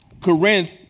Corinth